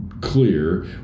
clear